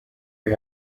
you